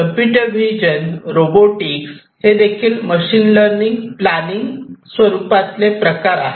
computer vision robotics हेदेखील machine learning चे planning स्वरूपातले प्रकार आहेत